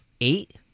eight